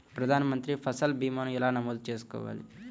ప్రధాన మంత్రి పసల్ భీమాను ఎలా నమోదు చేసుకోవాలి?